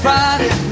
Friday